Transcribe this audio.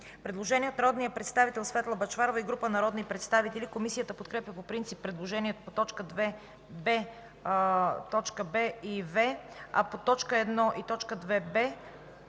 предложение от народния представител Светла Бъчварова и група народни представители. Комисията подкрепя по принцип предложението по т. 1 и не го подкрепя по т.